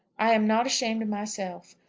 i am not ashamed of myself.